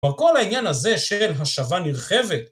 בכל העניין הזה של השבה נרחבת.